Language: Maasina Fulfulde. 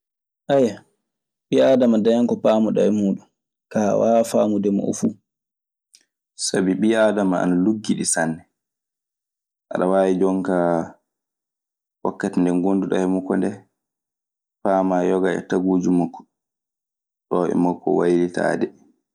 Ɓii aadama dañan ko paamuɗaa e muuɗun, kaa a waawaa faamude mo o fuu. Sabi ɓii aadama ana luggiɗi sanne. Aɗe waawi jon kaa, wakkati nde ngonduɗaa e makko ndee, paamaa e yoga e taguuji makko. Ɗoo e makko waylitaade. Huunde fuu ko laatii ana hawjee, ana jikkanaa reenaade.